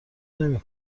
نمی